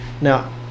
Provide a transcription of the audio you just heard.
Now